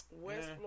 West